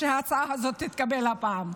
שההצעה הזאת תתקבל הפעם.